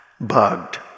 bugged